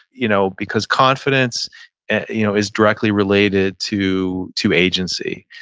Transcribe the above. you know because confidence you know is directly related to to agency,